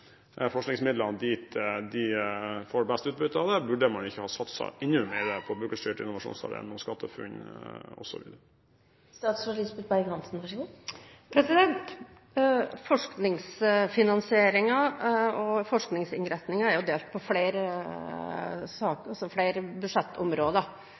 forskningsmidlene dit de får best utbytte av dem, burde man ikke ha satset enda mer på Brukerstyrt innovasjonsarena, SkatteFUNN osv.? Forskningsfinansieringen og forskningsinnretningen er fordelt på flere